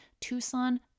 Tucson